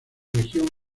región